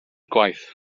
gwaith